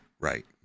right